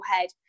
head